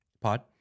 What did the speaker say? pod